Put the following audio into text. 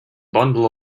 bundle